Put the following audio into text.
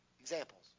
Examples